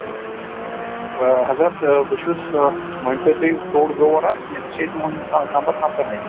آ حضرت بہٕ چھُس مٲنۍ تُہۍ فرٛوٗٹ گروَر اَکھ مےٚ دِژایے تُہُنٛد نمبر نفرن أکۍ